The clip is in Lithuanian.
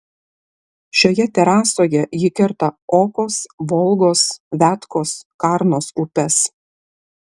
šioje terasoje ji kerta okos volgos viatkos karnos upes